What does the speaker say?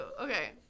Okay